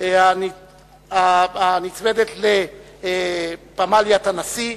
הנצמדת לפמליית הנשיא,